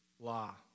law